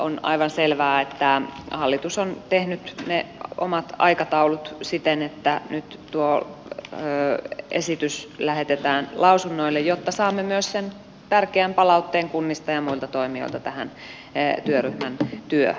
on aivan selvää että hallitus on tehnyt ne omat aikataulunsa siten että nyt tuo esitys lähetetään lausunnoille jotta saamme myös sen tärkeän palautteen kunnista ja muilta toimijoilta tähän työryhmän työhön